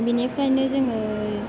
बिनिफ्रायनो जोङो